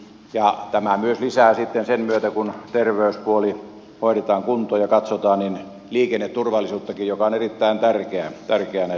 ja sitten sen myötä kun terveyspuoli katsotaan ja hoidetaan kuntoon tämä lisää liikenneturvallisuuttakin joka on erittäin tärkeä näissä asioissa